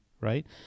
right